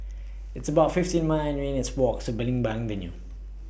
It's about fifty nine minutes' Walk to Belimbing Avenue